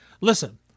listen